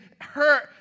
hurt